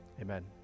Amen